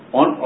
on